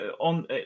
on